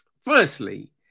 firstly